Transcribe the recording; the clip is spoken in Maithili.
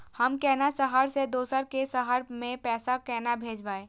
हम केना शहर से दोसर के शहर मैं पैसा केना भेजव?